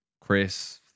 chris